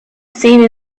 seen